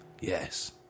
Yes